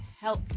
help